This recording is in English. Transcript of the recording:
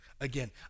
Again